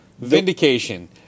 vindication